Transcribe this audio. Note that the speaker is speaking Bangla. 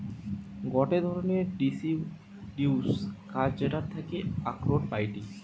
গটে ধরণের ডিসিডিউস গাছ যেটার থাকি আখরোট পাইটি